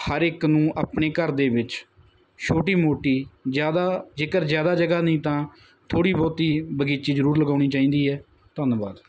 ਹਰ ਇੱਕ ਨੂੰ ਆਪਣੇ ਘਰ ਦੇ ਵਿੱਚ ਛੋਟੀ ਮੋਟੀ ਜਿਆਦਾ ਜੇਕਰ ਜਿਆਦਾ ਜਗ੍ਹਾ ਨਹੀਂ ਤਾਂ ਥੋੜੀ ਬਹੁਤੀ ਬਗੀਚੀ ਜਰੂਰ ਲਗਾਉਣੀ ਚਾਹੀਦੀ ਹੈ ਧੰਨਵਾਦ